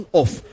off